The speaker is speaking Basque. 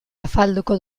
afalduko